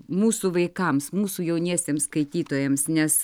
mūsų vaikams mūsų jauniesiems skaitytojams nes